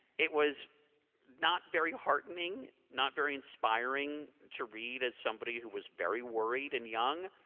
it was not very heartening, not very inspiring to read as somebody who was very worried and young,